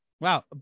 wow